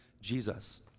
Jesus